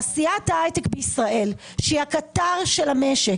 אני יכולה לומר - תעשיית ההייטק בישראל שהיא הקטר של המשק